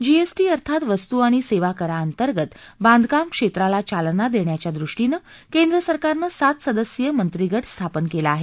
GST अर्थात वस्तू आणि सेवा कराअंतर्गत बांधकाम क्षेत्राला चालना देण्याच्या दृष्टीने केंद्र सरकारनं सात सदस्यीय मंत्रिगट स्थापन केला आहे